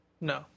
No